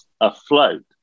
afloat